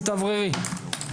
תתאווררי.